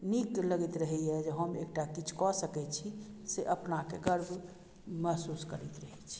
नीक लगैत रहैए जे हम एकटा किछु कऽ सकै छी से अपनाकेँ गर्व महसूस करैत रहैत छी